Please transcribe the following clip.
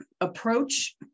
approach